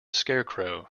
scarecrow